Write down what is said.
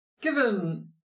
given